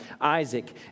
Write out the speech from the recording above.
Isaac